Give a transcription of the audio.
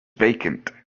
vacant